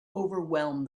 overwhelmed